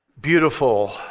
Beautiful